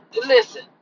listen